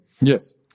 Yes